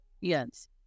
Yes